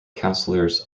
councillors